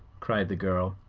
cried the girl.